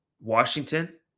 Washington –